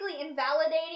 invalidating